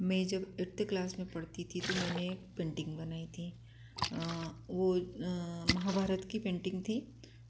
मैं जब eighth class में पढ़ती थी तो मैंने एक पेंटिंग बनाई थी वो महाभारत की पेंटिंग थी